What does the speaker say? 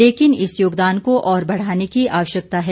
लेकिन इस योगदान को और बढ़ाने की आवश्यकता है